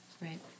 right